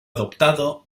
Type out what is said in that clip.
adoptado